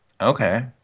Okay